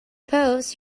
post